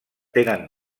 tenen